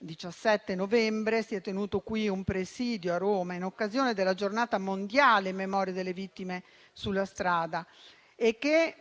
17 novembre, si è tenuto un presidio a Roma, in occasione della Giornata mondiale in memoria delle vittime sulla strada e che